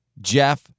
Jeff